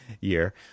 year